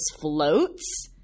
floats